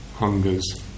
hungers